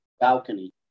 balcony